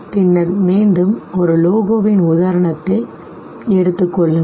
பின்னர் மீண்டும் ஒரு லோகோவின் உதாரணத்தை எடுத்துக் கொள்ளுங்கள்